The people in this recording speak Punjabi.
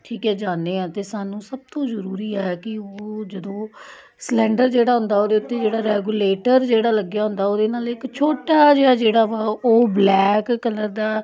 ਠੀਕ ਹੈ ਜਾਂਦੇ ਹਾਂ ਤਾਂ ਸਾਨੂੰ ਸਭ ਤੋਂ ਜ਼ਰੂਰੀ ਹੈ ਕਿ ਉਹ ਜਦੋਂ ਸਿਲੰਡਰ ਜਿਹੜਾ ਹੁੰਦਾ ਉਹਦੇ ਉੱਤੇ ਜਿਹੜਾ ਰੈਗੂਲੇਟਰ ਜਿਹੜਾ ਲੱਗਿਆ ਹੁੰਦਾ ਉਹਦੇ ਨਾਲ ਇੱਕ ਛੋਟਾ ਜਿਹਾ ਜਿਹੜਾ ਵਾ ਉਹ ਬਲੈਕ ਕਲਰ ਦਾ